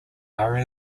are